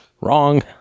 wrong